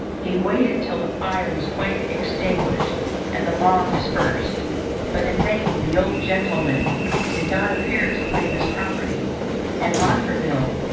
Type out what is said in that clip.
he waited till the fire was quite extinguished and the mob dispersed but in vain the old gentleman did not appear to claim his property and montraville,